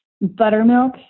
buttermilk